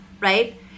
right